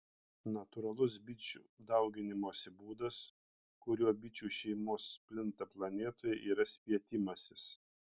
natūralus bičių dauginimosi būdas kuriuo bičių šeimos plinta planetoje yra spietimasis